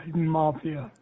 Mafia